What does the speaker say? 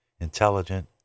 intelligent